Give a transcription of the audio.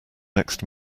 next